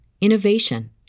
innovation